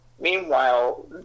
Meanwhile